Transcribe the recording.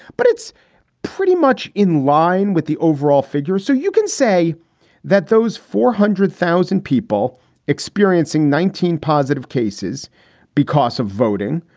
but it's pretty much in line with the overall figure. so you can say that those four hundred thousand people experiencing nineteen positive cases because of voting.